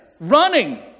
running